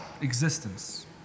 existence